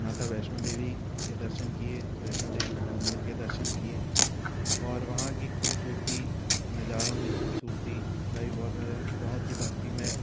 माता वैष्णो देवी के दर्शन किए वैष्णो देवी मंदिर के दर्शन किए और वहाँ की खूबसूरती नज़ारों की खूबसूरती का भी बहुत बहुत ही भक्तिमय